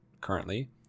currently